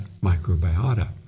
microbiota